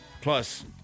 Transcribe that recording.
plus